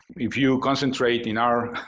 if you concentrate in our,